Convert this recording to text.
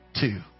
two